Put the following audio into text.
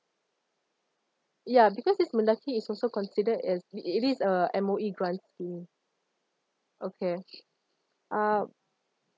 ya because this mendaki is also considered as it is a M_O_E grant scheme okay uh